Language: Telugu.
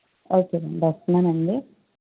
ఓకే అండి వస్తున్నానండి